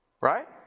Right